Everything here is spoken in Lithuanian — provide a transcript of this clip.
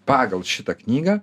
pagal šitą knygą